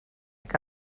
que